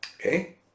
okay